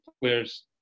players